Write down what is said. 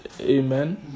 Amen